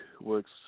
works